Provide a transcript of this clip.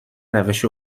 روش